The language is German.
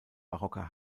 barocker